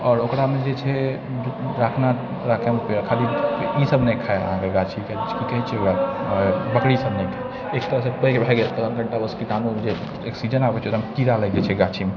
आओर ओकरामे जे छै खाली ई सब नहि खाइ गाछीके की कहै छै ओकरा बकरी सब नहि खाय एक तरहसँ पैघ भए गेल तऽ कीड़ा लागि जाइ छै गाछीमे